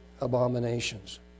abominations